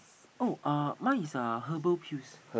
oh uh mine is uh herbal pills